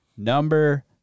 Number